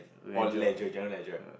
or general